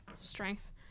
strength